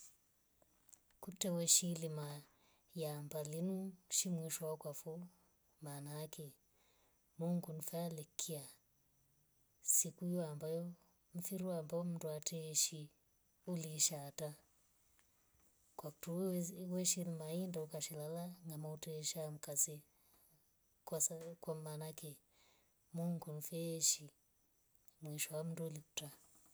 Kutre weshiidima iamba linu shi mwisho wakwafo. maanaki mungu nife aleikya mfiri wo ambao mndu ateishi uliisha uliisha atra kwa kutre weidima ilala ngama uteshaa mka se maana mungu nife aishi mwisho wa mndu ulikuta